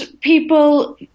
people